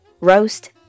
roast